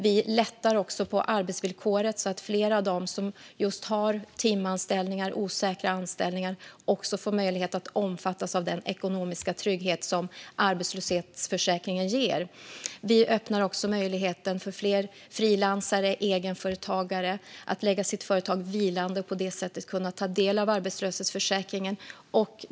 Vi lättar på arbetsvillkoret så att fler av dem som har timanställningar och osäkra anställningar får möjlighet att omfattas av den ekonomiska trygghet som arbetslöshetsförsäkringen ger. Vi gör det möjligt för fler frilansare och egenföretagare att lägga sitt företag vilande och på det sättet kunna ta del av arbetslöshetsförsäkringen.